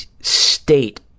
state